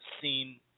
seen